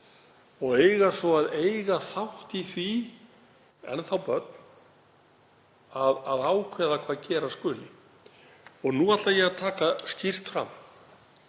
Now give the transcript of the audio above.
þau eigi svo að eiga þátt í því, enn þá börn, að ákveða hvað gera skuli. Nú ætla ég að taka skýrt fram